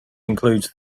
includes